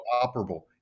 operable